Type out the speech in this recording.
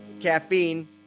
caffeine